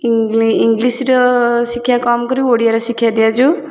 ଇଂଲି ଇଂଲିଶର ଶିକ୍ଷା କମ୍ କରି ଓଡ଼ିଆରେ ଶିକ୍ଷା ଦିଆଯାଉ